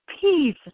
peace